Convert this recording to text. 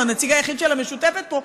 הוא הנציג היחיד של המשותפת פה,